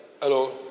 Hello